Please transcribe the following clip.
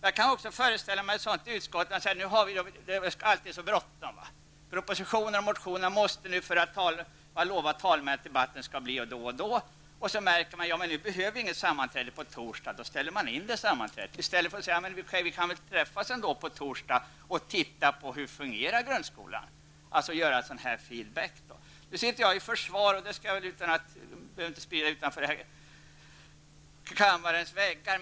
Jag kan föreställa mig att det alltid är bråttom i utskotten. Propositioner och motioner måste fram. En debatt i ämnet i fråga utlovas till en viss tidpunkt. Men plötsligt blir det inget sammanträde t.ex. en torsdag. Det sammanträdet ställs in. Men i stället kunde man väl träffas den aktuella torsdagen för att titta på hur exempelvis grundskolan fungerar. Man kunde göra en ''feed-back''. Själv sitter jag ju med i försvarsutskottet. Egentligen behöver det inte spridas utanför kammaren vad jag nu säger.